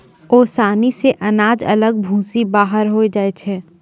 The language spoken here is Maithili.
ओसानी से अनाज अलग भूसी बाहर होय जाय छै